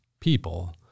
people